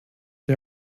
die